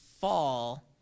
fall